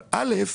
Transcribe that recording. אבל א',